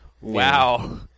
Wow